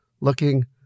looking